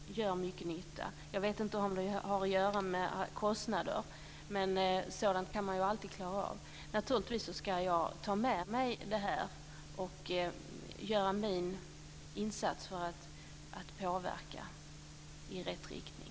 Fru talman! Jag har naturligtvis ingen annan uppfattning än Marianne Andersson i frågan. Jag är lika frågande till det förhållningssätt som Sydafrika har när det gäller mediciner. Vi vet att de gör mycket nytta. Jag vet inte om det har med kostnader att göra. Men sådant går alltid att klara av. Naturligtvis ska jag ta med mig detta och göra min insats för att påverka i rätt riktning.